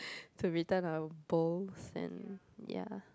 to return our bowls and ya